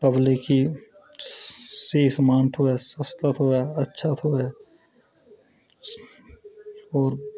बल्के स्हेई सामान थ्होऐ अच्छा थ्होऐ सस्ता थ्होऐ होर